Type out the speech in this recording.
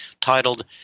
titled